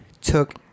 took